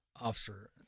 officer